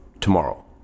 tomorrow